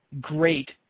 great